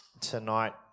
tonight